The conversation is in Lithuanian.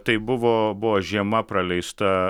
tai buvo buvo žiema praleista